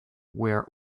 were